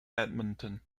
edmonton